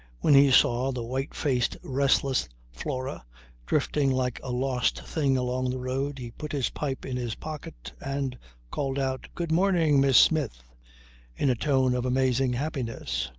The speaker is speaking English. when he saw the white-faced restless flora drifting like a lost thing along the road he put his pipe in his pocket and called out good morning, miss smith in a tone of amazing happiness.